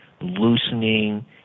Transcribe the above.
loosening